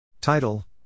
Title